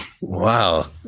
Wow